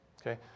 Okay